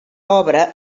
obra